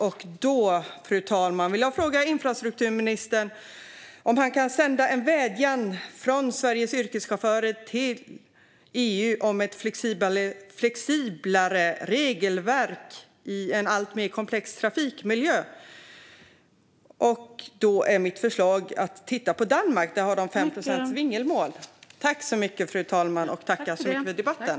Därför, fru talman, vill jag fråga infrastrukturministern om han kan sända en vädjan från Sveriges yrkeschaufförer till EU om ett mer flexibelt regelverk i en alltmer komplex trafikmiljö. Mitt förslag är att titta på Danmark. Där har man 5 procents vingelmån.